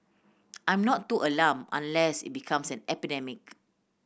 I'm not too alarmed unless it becomes an epidemic